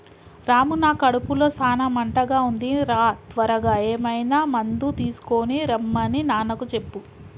రాము నా కడుపులో సాన మంటగా ఉంది రా త్వరగా ఏమైనా మందు తీసుకొనిరమన్ని నాన్నకు చెప్పు